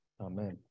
Amen